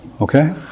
Okay